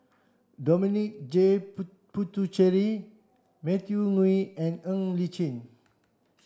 Dominic J Puthucheary Matthew Ngui and Ng Li Chin